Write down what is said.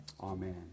amen